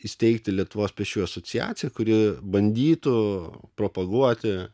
įsteigti lietuvos pėsčiųjų asociaciją kuri bandytų propaguoti